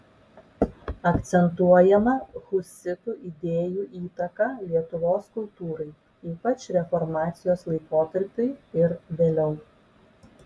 akcentuojama husitų idėjų įtaka lietuvos kultūrai ypač reformacijos laikotarpiui ir vėliau